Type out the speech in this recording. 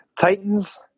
Titans